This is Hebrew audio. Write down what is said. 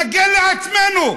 נגן על עצמנו.